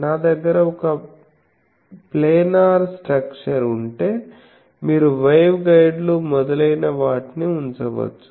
నా దగ్గర ఒక ప్లానర్ స్ట్రక్చర్ ఉంటే మీరు వేవ్గైడ్లు మొదలైన వాటిని ఉంచవచ్చు